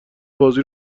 بازی